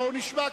בואו נשמע.